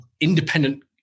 independent